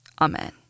Amen